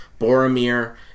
Boromir